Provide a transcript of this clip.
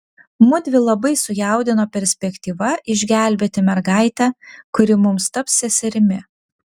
mudvi labai sujaudino perspektyva išgelbėti mergaitę kuri mums taps seserimi